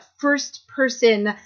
first-person